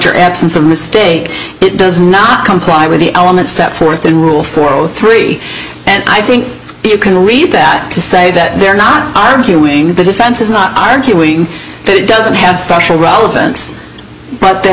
after absence of mistake it does not comply with the elements set forth in rule four zero three and i think you can read that to say that they're not arguing the defense is not arguing that it doesn't have special relevance but that